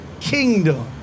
kingdom